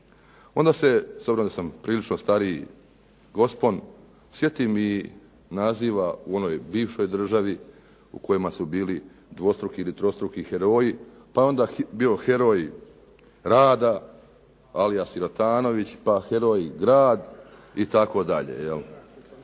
onda se, s obzirom da sam prilično stariji gospon, sjetim i naziva u onoj bivšoj državi u kojima su bili dvostruki ili trostruki heroji, pa je onda bio heroj rada Alija Sirotanović, pa heroj grad itd.